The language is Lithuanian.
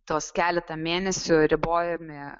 tos keletą mėnesių ribojami